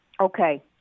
Okay